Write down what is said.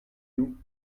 you